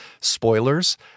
spoilers